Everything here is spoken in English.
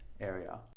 area